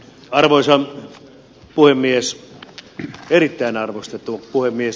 arvoisa puhemies erittäin arvostettu puhemies